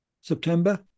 September